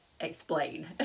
explain